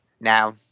now